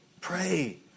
Pray